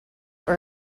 for